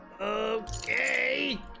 Okay